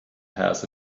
has